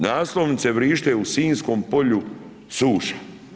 Naslovnice vrište u sinjskom polju suša.